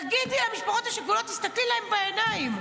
תגידי למשפחות השכולות, תסתכלי להן בעיניים.